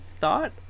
thought